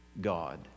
God